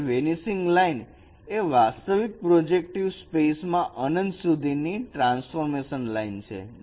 અને vanishing line એ વાસ્તવિક પ્રોજેક્ટિવ સ્પેસમાં અનંત સુધી ની ટ્રાન્સફોર્મેશન લાઈન છે